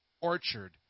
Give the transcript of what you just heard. Orchard